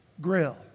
grill